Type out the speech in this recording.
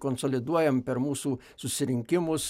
konsoliduojam per mūsų susirinkimus